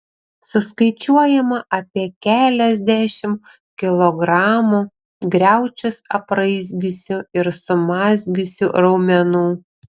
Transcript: suskaičiuojama apie keliasdešimt kilogramų griaučius apraizgiusių ir sumazgiusių raumenų